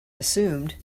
assumed